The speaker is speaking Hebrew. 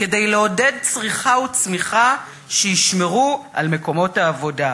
כדי לעודד צריכה וצמיחה שישמרו על מקומות העבודה.